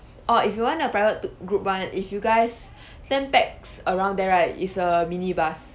orh if you want a private group [one] if you guys ten pax around there right it's a minibus